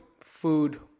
food